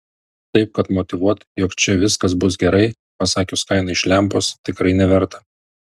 taip kad motyvuot jog čia viskas bus gerai pasakius kainą iš lempos tikrai neverta